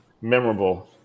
memorable